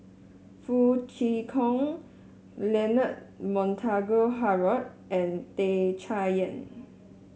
Foo Kwee Horng Leonard Montague Harrod and Tan Chay Yan